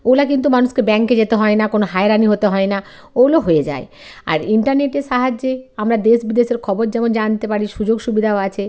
ওগুলো কিন্তু মানুষকে ব্যাঙ্কে যেতে হয় না কোনো হয়রানি হতে হয় না ওগুলো হয়ে যায় আর ইন্টারনেটের সাহায্যে আমরা দেশ বিদেশের খবর যেমন জানতে পারি সুযোগ সুবিধাও আছে